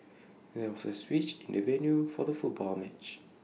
there was A switch in the venue for the football match